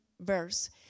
verse